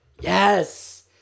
Yes